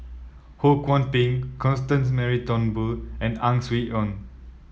Ho Kwon Ping Constance Mary Turnbull and Ang Swee Aun